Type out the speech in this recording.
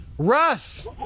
Russ